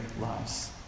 lives